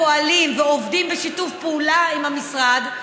פועלים ועובדים בשיתוף פעולה עם המשרד,